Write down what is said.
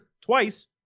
twice